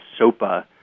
SOPA